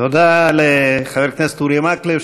תודה לחבר הכנסת אורי מקלב,